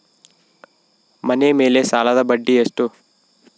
ಮನೆ ಮೇಲೆ ಸಾಲದ ಬಡ್ಡಿ ಎಷ್ಟು?